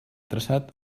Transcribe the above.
traçat